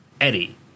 Eddie